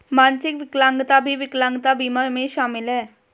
मानसिक विकलांगता भी विकलांगता बीमा में शामिल हैं